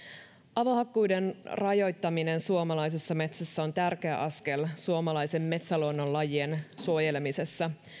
avohakkuiden rajoittaminen suomalaisessa metsässä on tärkeä askel suomalaisen metsäluonnon lajien suojelemisessa